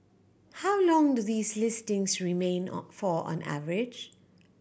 how long do these listings remain on for on average